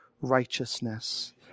righteousness